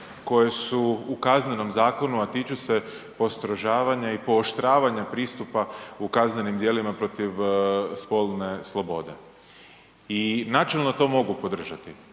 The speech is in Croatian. koje su u Kaznenom zakonu a tiču se postrožavanja i pooštravanja pristupa u kaznenim djelima protiv spolne slobode. I načelno to mogu podržati.